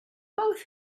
both